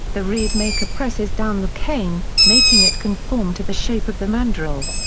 the reed maker presses down the cane, making it conform to the shape of the mandrel.